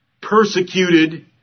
persecuted